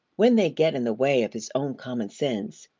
when they get in the way of his own common sense,